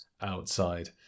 outside